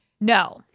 No